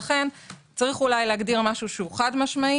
לכן צריך אולי להגדיר משהו שהוא חד-משמעי.